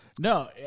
No